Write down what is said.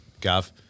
Gav